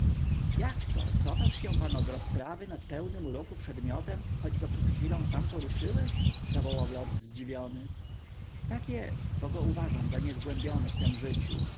jakto cofasz się pan od rozprawy nad pełnym uroku przedmiotem choć go przed chwilą sam poruszyłeś zawołał lord zdziwiony tak jest bo go uważam za niezgłębiony w tem życiu